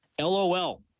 LOL